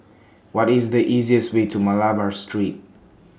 What IS The easiest Way to Malabar Street